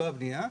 לא הבנייה,